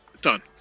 Done